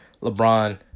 LeBron